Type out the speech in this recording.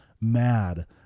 mad